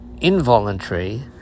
involuntary